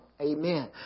Amen